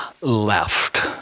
left